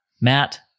Matt